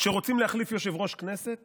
כשרוצים להחליף יושב-ראש כנסת